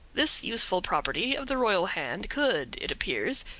this useful property of the royal hand could, it appears,